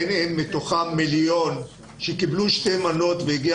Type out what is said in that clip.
מתוכם מיליון שקיבלו שתי מנות והגיע